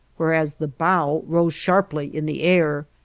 whereas the bow rose sharply in the air,